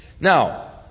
Now